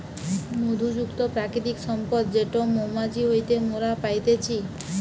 মধু যুক্ত প্রাকৃতিক সম্পদ যেটো মৌমাছি হইতে মোরা পাইতেছি